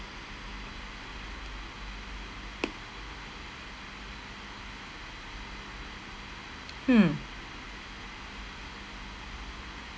hmm